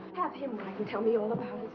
have him write and tell me all about